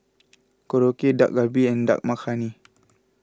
Korokke Dak Galbi and Dal Makhani